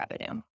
revenue